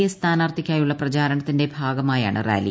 A സ്ഥാനാർത്ഥിയ്ക്കാ്യുള്ള പ്രചാരണത്തിന്റെ ഭാഗമായാണ് റാലി